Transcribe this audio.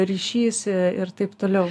ryšys ir taip toliau